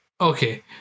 Okay